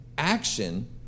action